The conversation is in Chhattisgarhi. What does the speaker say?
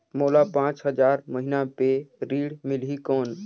मोला पांच हजार महीना पे ऋण मिलही कौन?